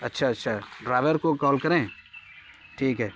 اچّھااچّھا driver کو call کریں ٹھیک ہے